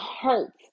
hurt